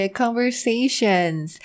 conversations